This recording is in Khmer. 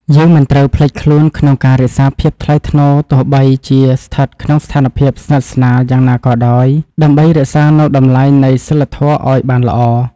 យើងមិនត្រូវភ្លេចខ្លួនក្នុងការរក្សាភាពថ្លៃថ្នូរទោះបីជាស្ថិតក្នុងស្ថានភាពស្និទ្ធស្នាលយ៉ាងណាក៏ដោយ ដើម្បី រក្សានូវតម្លៃនៃសីលធម៌ឱ្យបានល្អ។